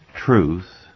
truth